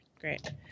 great